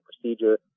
procedure